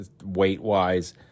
weight-wise